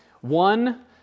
One